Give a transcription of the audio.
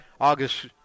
August